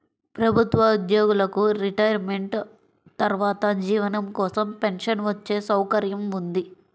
ప్రభుత్వ ఉద్యోగులకు రిటైర్మెంట్ తర్వాత జీవనం కోసం పెన్షన్ వచ్చే సౌకర్యం ఉంది